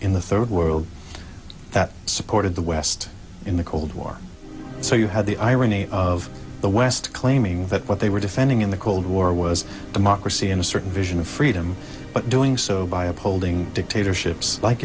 in the third world that supported the west in the cold war so you had the irony of the west claiming that what they were defending in the cold war was democracy and a certain vision of freedom but doing so by upholding dictatorships like